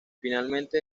finalmente